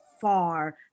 far